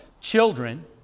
children